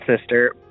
sister